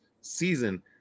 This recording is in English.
season